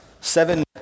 seven